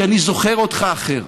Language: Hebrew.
כי אני זוכר אותך אחר,